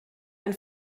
ein